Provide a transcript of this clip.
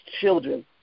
children